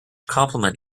complement